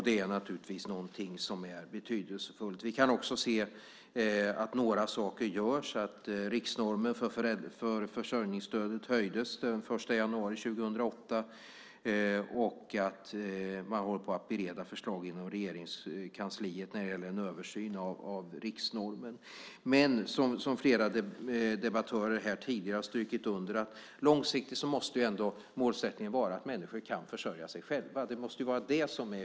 Det är naturligtvis något som är betydelsefullt. Vi kan också se att några saker görs, att riksnormen för försörjningsstödet höjdes den 1 januari 2008 och att man håller på att bereda förslag inom Regeringskansliet när det gäller en översyn av riksnormen. Men som flera debattörer tidigare har strukit under: Långsiktigt måste ändå målsättningen vara att människor kan försörja sig själva.